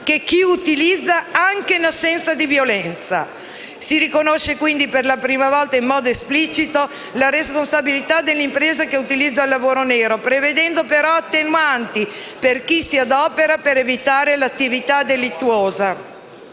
che chi utilizza, anche in assenza di violenza. Si riconosce quindi, per la prima volta, in modo esplicito, la responsabilità dell'impresa che utilizza lavoro nero prevedendo attenuanti per chi «si adopera per evitare che l'attività delittuosa